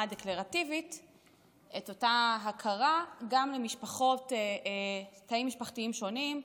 הדקלרטיבית את אותה ההכרה גם לתאים משפחתיים שונים,